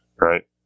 right